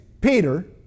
Peter